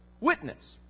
witness